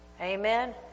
Amen